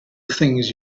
things